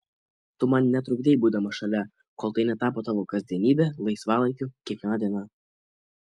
tu man netrukdei būdama šalia kol tai netapo tavo kasdienybe laisvalaikiu kiekviena diena